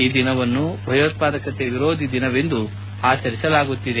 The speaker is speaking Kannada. ಈ ದಿನವನ್ನು ಭಯೋತ್ಪಾದಕತೆ ವಿರೋಧಿ ದಿನವೆಂದು ಸಹ ಆಚರಿಸಲಾಗುತ್ತಿದೆ